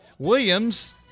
Williams